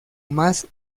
más